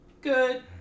good